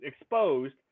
exposed